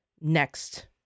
next